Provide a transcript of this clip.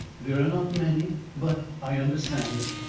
they are not many, but i understand.